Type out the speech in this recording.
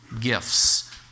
gifts